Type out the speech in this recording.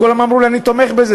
כולם אמרו לי: אני תומך בזה,